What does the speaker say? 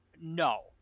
No